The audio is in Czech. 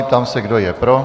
Ptám se, kdo je pro.